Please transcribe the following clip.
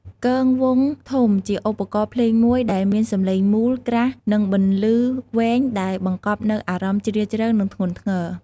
គងវង់ធំ ជាឧបករណ៍ភ្លេងមួយដែលមានសំឡេងមូល ក្រាស់ និងបន្លឺវែង ដែលបង្កប់នូវអារម្មណ៍ជ្រាលជ្រៅ និងធ្ងន់ធ្ងរ។